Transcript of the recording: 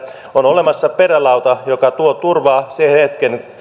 on olemassa perälauta joka tuo turvaa sen hetken